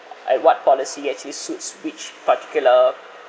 and what policy actually suits which particular